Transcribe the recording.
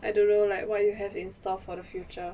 I don't know like what you have in store for the future